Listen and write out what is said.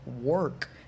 work